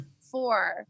four